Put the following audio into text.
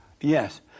Yes